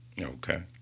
Okay